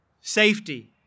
safety